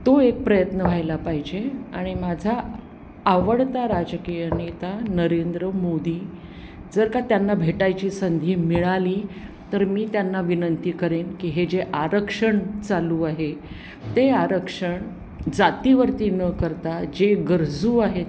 तो एक प्रयत्न व्हायला पाहिजे आणि माझा आवडता राजकीय नेता नरेंद्र मोदी जर का त्यांना भेटायची संधी मिळाली तर मी त्यांना विनंती करेन की हे जे आरक्षण चालू आहे ते आरक्षण जातीवरती न करता जे गरजू आहेत